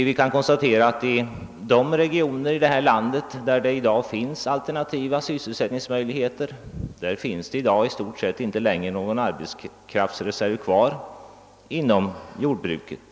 Vi kan konstatera att i de regioner i detta land där det i dag finns alternativa sysselsättningsmöjligheter finns det i stort sett inte heller någon arbetskraftsreserv kvar inom jordbruket.